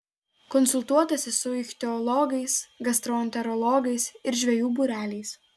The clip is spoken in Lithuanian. konsultuotasi su ichtiologais gastroenterologais ir žvejų būreliais